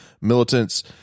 militants